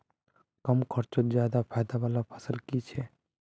कम खर्चोत ज्यादा फायदा वाला फसल की छे?